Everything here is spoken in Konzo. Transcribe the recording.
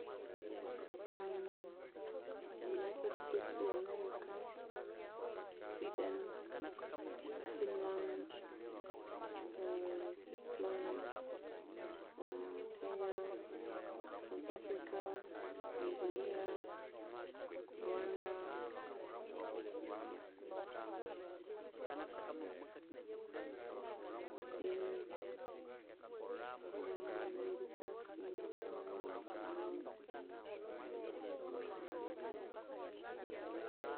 United states ya America, Swideni, Finilandi switzlandi, Kenya, South Africa, Tanzania, Rwanda, yeah, nguma, ibiri, isathu, ini, ithanu, mukagha, musangyu, munani